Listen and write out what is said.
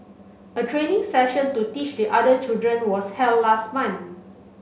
a training session to teach the other children was held last month